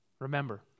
Remember